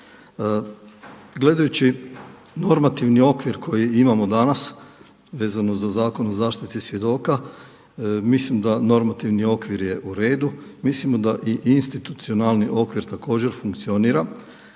Gledajući normativni okvir koji imamo danas vezano za Zakon o zaštiti svjedoka mislim da normativni okvir je u redu. Mislim da i institucionalni okvir također funkcionira.